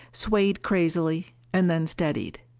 swayed crazily, and then steadied.